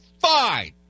Fine